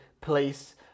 place